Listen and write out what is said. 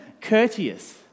courteous